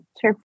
sure